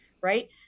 right